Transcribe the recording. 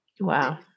Wow